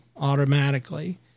automatically